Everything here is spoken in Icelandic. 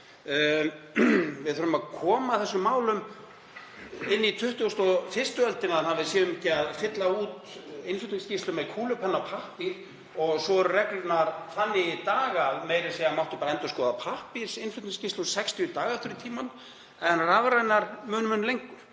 Við þurfum að koma þessum málum inn í 21. öldina þannig að við séum ekki að fylla út innflutningsskýrslur með kúlupenna á pappír og svo eru reglurnar þannig í dag að meira að segja máttu bara endurskoða pappírsinnflutningsskýrslur 60 daga aftur í tímann en rafrænar mun lengur.